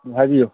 ꯍꯥꯏꯕꯤꯎ